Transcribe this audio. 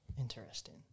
Interesting